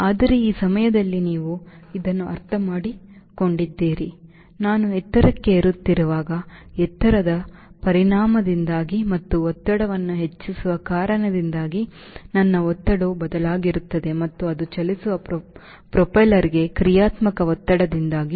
ಆದರೆ ಈ ಸಮಯದಲ್ಲಿ ನೀವು ಇದನ್ನು ಅರ್ಥಮಾಡಿಕೊಂಡಿದ್ದೀರಿ ನಾನು ಎತ್ತರಕ್ಕೆ ಏರುತ್ತಿರುವಾಗ ಎತ್ತರದ ಪರಿಣಾಮದಿಂದಾಗಿ ಮತ್ತು ಒತ್ತಡವನ್ನು ಹೆಚ್ಚಿಸುವ ಕಾರಣದಿಂದಾಗಿ ನನ್ನ ಒತ್ತಡವು ಬದಲಾಗುತ್ತಿರುತ್ತದೆ ಮತ್ತು ಅದು ಚಲಿಸುವ ಪ್ರೊಪೆಲ್ಲರ್ಗೆ ಕ್ರಿಯಾತ್ಮಕ ಒತ್ತಡದಿಂದಾಗಿ